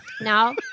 Now